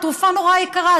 התרופה נורא יקרה,